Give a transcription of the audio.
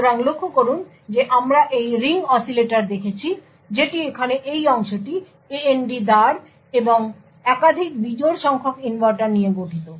সুতরাং লক্ষ্য করুন যে আমরা রিং অসিলেটর দেখেছি যেটি এখানে এই অংশটি AND দ্বার এবং একাধিক বিজোড় সংখ্যক ইনভার্টার নিয়ে গঠিত